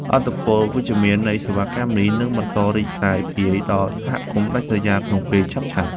ឥទ្ធិពលវិជ្ជមាននៃសេវាកម្មនេះ នឹងបន្តរីកសាយភាយដល់សហគមន៍ដាច់ស្រយាលក្នុងពេលឆាប់ៗ។